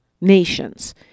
nations